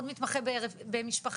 עוד מתמחה במשפחה.